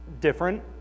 different